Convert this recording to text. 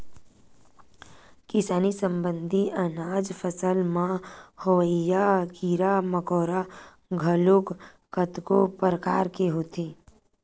किसानी संबंधित अनाज फसल म होवइया कीरा मकोरा घलोक कतको परकार के होथे